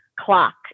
clock